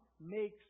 makes